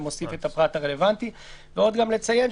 כינסנו את הישיבה,